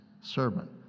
sermon